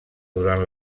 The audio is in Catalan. durant